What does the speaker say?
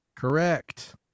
Correct